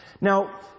Now